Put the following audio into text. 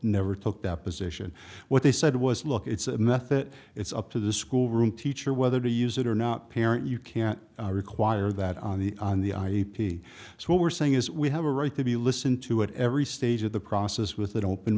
never took that position what they said was look it's a method it's up to the school room teacher whether to use it or not parent you can't require that on the on the ip so what we're saying is we have a right to be listened to it every stage of the process with an open